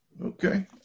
Okay